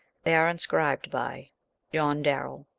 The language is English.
they are inscribed by john darrell.